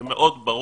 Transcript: זה מאוד ברור.